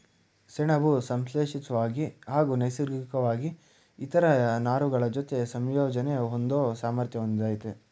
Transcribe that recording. ಸೆಣಬು ಸಂಶ್ಲೇಷಿತ್ವಾಗಿ ಹಾಗೂ ನೈಸರ್ಗಿಕ್ವಾಗಿ ಇತರ ನಾರುಗಳಜೊತೆ ಸಂಯೋಜನೆ ಹೊಂದೋ ಸಾಮರ್ಥ್ಯ ಹೊಂದಯ್ತೆ